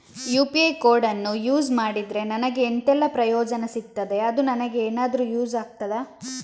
UPI ಕೋಡನ್ನು use ಮಾಡಿದ್ರೆ ನನಗೆ ಎಂಥೆಲ್ಲಾ ಪ್ರಯೋಜನ ಸಿಗ್ತದೆ, ಅದು ನನಗೆ ಎನಾದರೂ ಯೂಸ್ ಆಗ್ತದಾ?